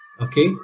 okay